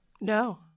no